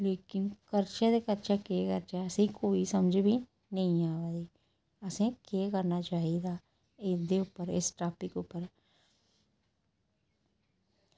लेकिन करचै ते करचै केह् करचै असेंगी कोई समझ बी नेईं आवा दी असें केह् करना चाहिदा एह्दे उप्पर इस टापिक उप्पर